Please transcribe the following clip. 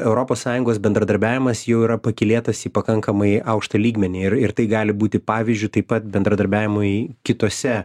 europos sąjungos bendradarbiavimas jau yra pakylėtas į pakankamai aukštą lygmenį ir ir tai gali būti pavyzdžiu taip pat bendradarbiavimui kitose